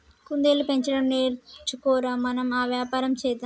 కుందేళ్లు పెంచడం నేర్చుకో ర, మనం ఆ వ్యాపారం చేద్దాం